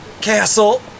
castle